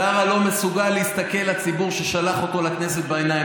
קארה לא מסוגל להסתכל לציבור ששלח אותו לכנסת בעיניים.